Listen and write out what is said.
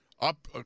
up